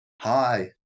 Hi